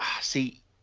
see